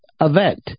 event